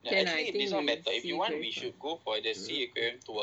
can lah I think it's very uh